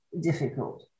difficult